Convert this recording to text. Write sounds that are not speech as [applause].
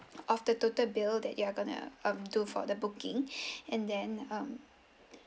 of the total bill that you're going to um do for the booking [breath] and then um